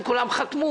לכן כולם חתמו,